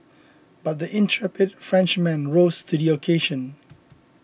but the intrepid Frenchman rose to the occasion